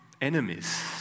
enemies